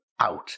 out